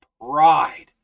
pride